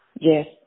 Yes